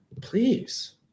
Please